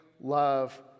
love